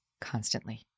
constantly